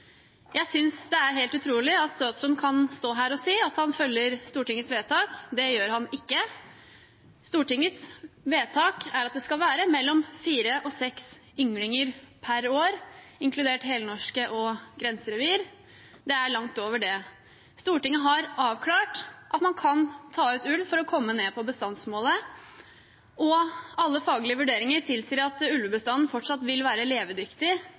Jeg synes det er helt utrolig at statsråden kan stå her og si at han følger Stortingets vedtak. Det gjør han ikke. Stortingets vedtak er at det skal være mellom fire og seks ynglinger hvert år, inkludert helnorske revir og grenserevir – det er langt over det. Stortinget har avklart at man kan ta ut ulv for å komme ned til bestandsmålet, og alle faglige vurderinger tilsier at ulvebestanden fortsatt vil være levedyktig